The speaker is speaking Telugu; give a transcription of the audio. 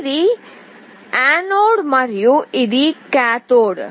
ఇది యానోడ్ మరియు ఇది కాథోడ్